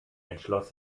entschloss